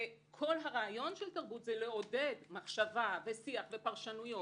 כל הרעיון של תרבות זה לעודד מחשבה ושיח ופרשנויות.